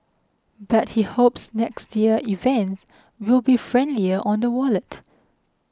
but he hopes next year's event will be friendlier on the wallet